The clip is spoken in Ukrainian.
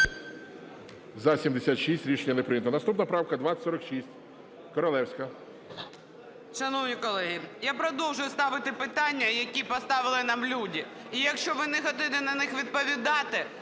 За-76 Рішення не прийнято. Наступна правка 2046. Королевська.